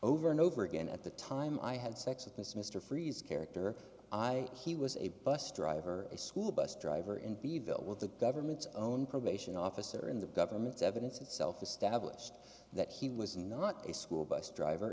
over and over again at the time i had sex with this mr freeze character i he was a bus driver a school bus driver indeed built with the government's own probation officer in the government's evidence itself established that he was not a school bus driver